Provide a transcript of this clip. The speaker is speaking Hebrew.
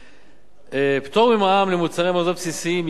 פטור ממע"מ על מוצרי מזון בסיסיים ייצור אפליה לעומת